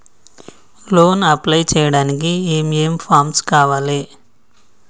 Loan apply చేయడానికి ఏం ఏం ఫామ్స్ కావాలే?